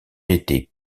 était